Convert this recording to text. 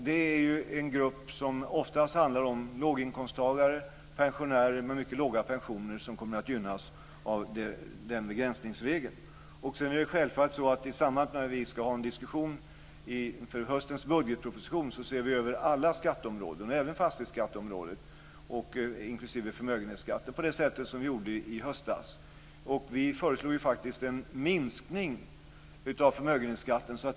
Den grupp det oftast handlar om är låginkomsttagare och pensionärer med mycket låga pensioner, som kommer att gynnas av begränsningsregeln. I samband med att vi ska ha en diskussion inför höstens budgetproposition ser vi självfallet över alla skatteområden, även fastighetsskatteområdet inklusive förmögenhetsskatten, på det sätt vi gjorde i höstas. Vi förelår en minskning av förmögenhetsskatten.